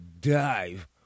dive